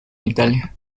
italia